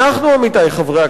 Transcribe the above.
עמיתי חברי הכנסת,